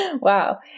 Wow